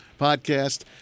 podcast